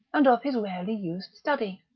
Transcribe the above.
and of his rarely used study.